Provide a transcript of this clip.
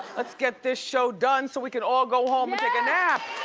let's get this show done so we can all go home and take a nap.